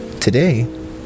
today